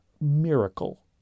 miracle